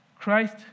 Christ